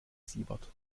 siebert